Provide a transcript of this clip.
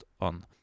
on